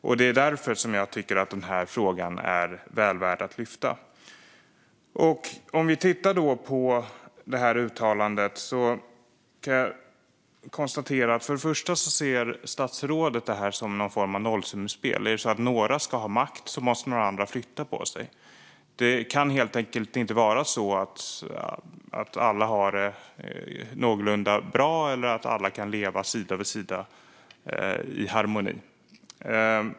Det är därför som jag tycker att denna fråga är väl värd att lyfta. Vi kan då titta på det här uttalandet. Jag kan konstatera att statsrådet ser detta som någon form av nollsummespel. Är det så att några ska ha makt måste några andra flytta på sig. Det kan helt enkelt inte vara så att alla har det någorlunda bra eller att alla kan leva sida vid sida i harmoni.